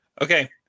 Okay